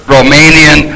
Romanian